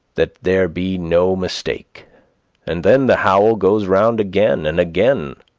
that there be no mistake and then the howl goes round again and again,